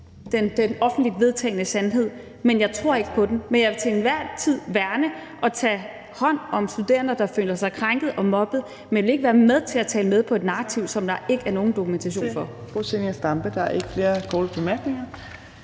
den offentligt vedtagne sandhed, men jeg tror ikke på den. Jeg vil til enhver tid værne og tage hånd om studerende, der føler sig krænket og mobbet, men jeg vil ikke være med til at tale med på et narrativ, som der ikke er nogen dokumentation for.